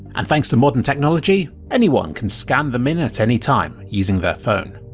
and thanks to modern technology, anyone can scan them in at any time, using their phone.